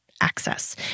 Access